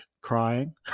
crying